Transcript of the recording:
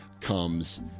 comes